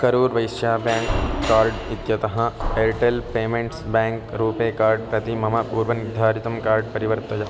Karur Vysya bank card इत्यतः Airtel payments bank RuPay card प्रति मम पूर्वनिर्धारितं कार्ड् परिवर्तय